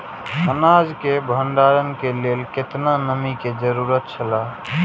अनाज के भण्डार के लेल केतना नमि के जरूरत छला?